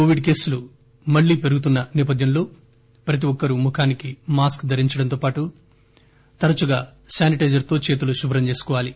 Covid కేసులు మళ్లీ పెరుగుతున్న నేపథ్యంలో ప్రతి ఒక్కరూ ముఖానికి మాస్క్ ధరించడంతో పాటు తరచుగా శానిటైజర్ తో చేతులు శుభ్రం చేసుకోవాలి